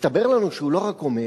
הסתבר לנו שהוא לא רק אומר,